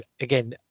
again